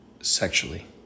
Sexually